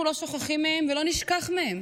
אנחנו לא שוכחים מהם, ולא נשכח מהם.